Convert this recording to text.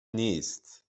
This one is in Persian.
نیست